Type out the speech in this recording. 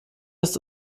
ist